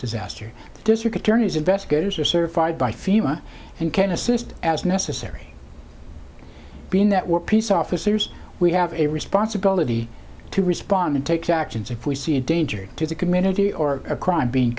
disaster does your attorney's investigators are certified by fema and can assist as necessary being that we're peace officers we have a responsibility to respond and take actions if we see a danger to the community or a crime being